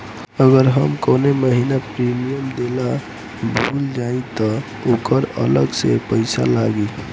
अगर हम कौने महीने प्रीमियम देना भूल जाई त ओकर अलग से पईसा लागी?